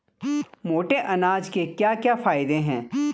मोटे अनाज के क्या क्या फायदे हैं?